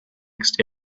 text